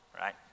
right